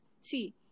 See